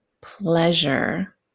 pleasure